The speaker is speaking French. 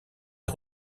est